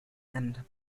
and